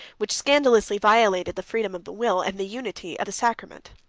which scandalously violated the freedom of the will, and the unity of the sacrament.